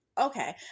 okay